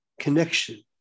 connection